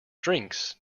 drinks